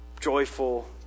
joyful